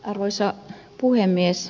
arvoisa puhemies